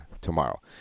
tomorrow